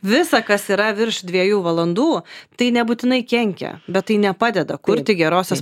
visa kas yra virš dviejų valandų tai nebūtinai kenkia bet tai nepadeda kurti gerosios